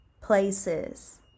places